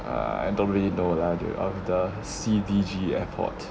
ah I don't really know lah dude of the C_D_G airport